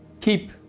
keep